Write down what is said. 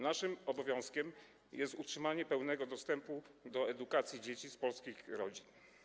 Naszym obowiązkiem jest utrzymanie pełnego dostępu do edukacji dzieci z polskich rodzin.